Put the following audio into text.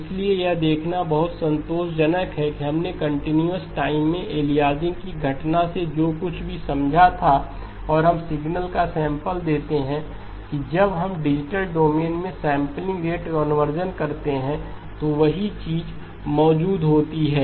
इसलिए यह देखना बहुत ही संतोषजनक है कि हमने कंटीन्यूअस टाइम में एलियासिंग की घटना से जो कुछ भी समझा था और हम सिग्नल का सैंपल देते हैं कि जब हम डिजिटल डोमेन में सैंपलिंग रेट कन्वर्जन करते हैं तो वही चीज मौजूद होती है